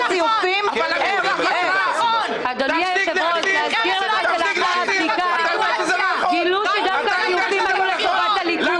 אני אזכיר לך שלאחר הבדיקה גילו שהזיופים היו לטובת הליכוד.